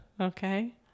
Okay